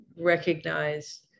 recognize